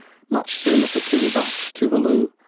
much sooner for kiribati, tuvalu,